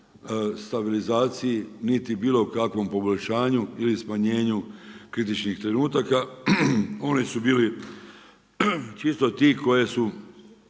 stabilizaciji niti bilo kakvom poboljšanju ili smanjenju kritičnih trenutaka. Oni su bili čisto ti koje su